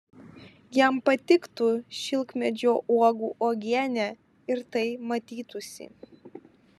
jam patiktų šilkmedžio uogų uogienė ir tai matytųsi